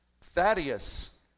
Thaddeus